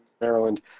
maryland